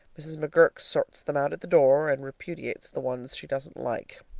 mrs. mcgurk sorts them out at the door, and repudiates the ones she doesn't like.